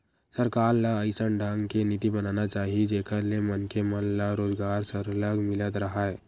सरकार ल अइसन ढंग के नीति बनाना चाही जेखर ले मनखे मन मन ल रोजगार सरलग मिलत राहय